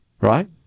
right